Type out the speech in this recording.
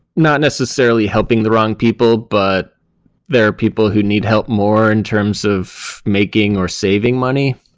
not necessarily helping the wrong people, but there are people who need help more in terms of making or saving money.